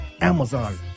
Amazon